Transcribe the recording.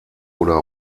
oder